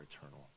eternal